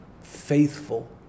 faithful